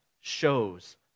shows